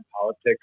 politics